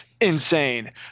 insane